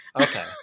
Okay